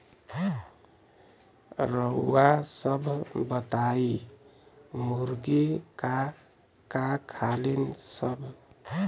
रउआ सभ बताई मुर्गी का का खालीन सब?